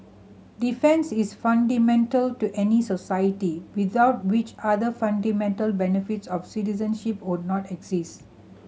defence is fundamental to any society without which other fundamental benefits of citizenship would not exist